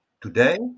Today